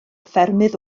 ffermydd